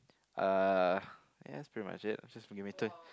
uh ya that's pretty much it just give me two